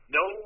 no